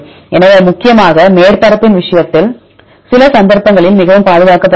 எனவே அவை முக்கியமாக மேற்பரப்பின் விஷயத்தில் சில சந்தர்ப்பங்களில் மிகவும் பாதுகாக்கப்படுகின்றன